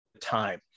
time